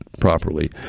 properly